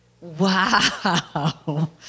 Wow